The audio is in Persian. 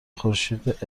خورشید